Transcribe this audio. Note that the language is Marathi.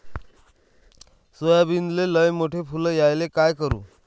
सोयाबीनले लयमोठे फुल यायले काय करू?